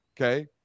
okay